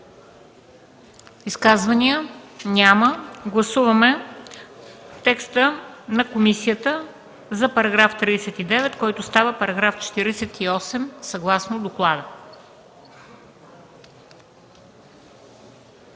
Изказвания? Няма. Гласуваме текста на комисията за § 39, който става § 48, съгласно доклада.